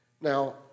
Now